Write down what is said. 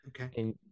Okay